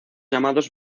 llamados